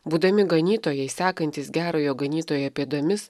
būdami ganytojai sekantys gerojo ganytojo pėdomis